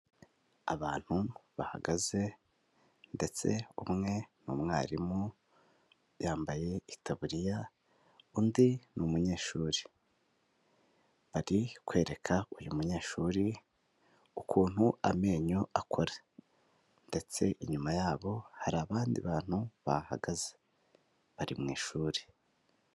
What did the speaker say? Abantu bahagaze ndetse umwe ni umwarimu, yambaye itaburiya undi ni umunyeshuri, ari kwereka uyu munyeshuri ukuntu amenyo akora, ndetse inyuma yabo hari abandi bantu bahahagaze, bari mu ishuri.